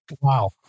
Wow